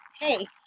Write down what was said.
hey